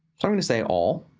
so i'm gonna say all.